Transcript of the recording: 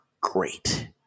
great